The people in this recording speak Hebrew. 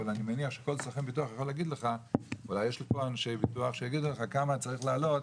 אבל אני מניח שכל סוכן ביטוח יכול להגיד לך כמה צריך לעלות,